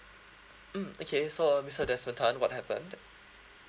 mm okay so uh mister desmond tan what happened